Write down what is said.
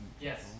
Yes